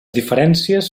diferències